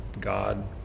God